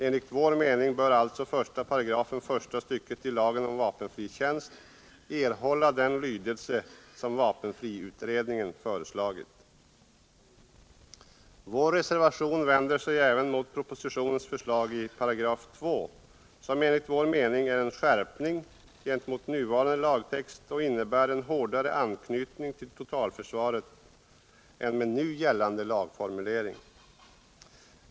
Enligt vår mening bör alltså 1§ första stycket lagen om vapenfri tjänst erhålla den lydelse som vapenfriutredningen föreslagit. Vår reservation vänder sig även emot departementschefens förslag i 2 §, som enligt vår mening innebär en skärpning i jämförelse med nuvarande lagtext och medför en hårdare anknytning till totalförsvaret än nu gällande lagformulering.